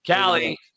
Callie